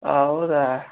हां ओह् ते ऐ